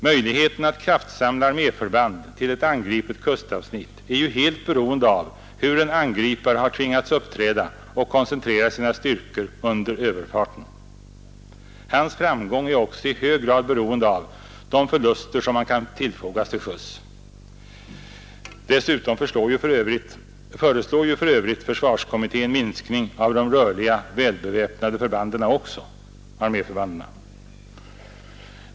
Möjligheten att kraftsamla arméförband till ett angripet kustavsnitt är ju helt beroende av hur en angripare har tvingats uppträda och koncentrera sina styrkor under överfarten. Hans framgång är också i hög grad beroende av de förluster som han kan tillfogas till sjöss. Dessutom föreslår ju försvarsutredningen också minskning av de rörliga väl beväpnade arméförbanden.